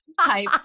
type